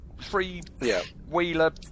three-wheeler